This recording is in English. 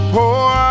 Poor